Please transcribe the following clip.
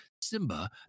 Simba